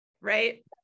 Right